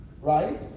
right